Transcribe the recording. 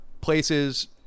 places